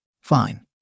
Fine